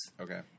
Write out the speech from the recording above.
Okay